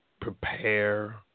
prepare